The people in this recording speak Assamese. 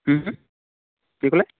কি ক'লে